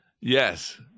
Yes